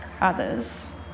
others